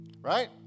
right